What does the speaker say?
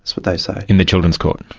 that's what they say. in the children's court?